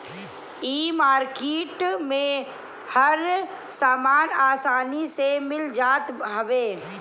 इ मार्किट में हर सामान आसानी से मिल जात हवे